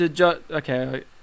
okay